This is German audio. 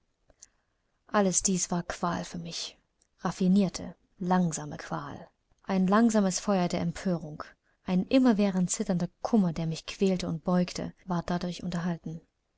alles dies war qual für mich raffinierte langsame qual ein langsames feuer der empörung ein immerwährend zitternder kummer der mich quälte und beugte ward dadurch unterhalten